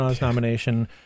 nomination